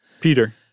Peter